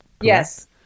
Yes